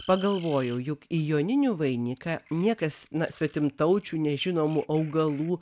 pagalvojau juk į joninių vainiką niekas na svetimtaučių nežinomų augalų